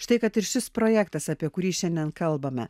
štai kad ir šis projektas apie kurį šiandien kalbame